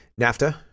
nafta